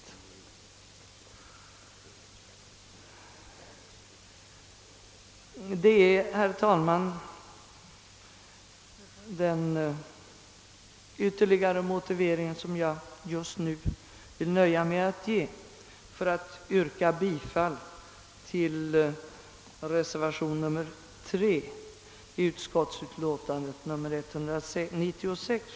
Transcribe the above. Och det är i sin tur den ytterligare motivering som jag vill anföra för ett yrkande om bifall till reservationen 3 vid statsutskottets utlåtande nr 196.